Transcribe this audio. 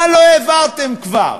מה לא העברתם כבר?